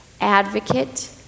advocate